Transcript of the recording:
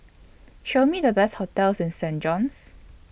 Show Me The Best hotels in Saint John's